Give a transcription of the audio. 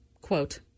Quote